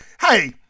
Hey